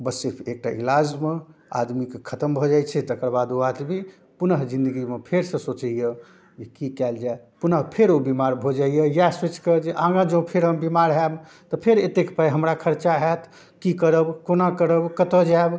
बस सिर्फ एकटा इलाजमे आदमीके खतम भऽ जाइ छै तकर बाद ओ आदमी पुनः जिन्दगीमे फेरसँ सोचैए जे कि कएल जाए जे पुनः फेर ओ बेमार भऽ जाइए इएह सोचिके जे आगाँ जँ फेर हम बेमार हैब तऽ फेर एतेक पाइ हमरा खरचा हैत कि करब कोना करब कतऽ जाएब